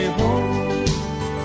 home